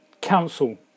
Council